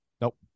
Nope